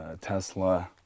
Tesla